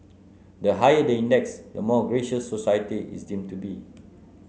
the higher the index the more gracious society is deemed to be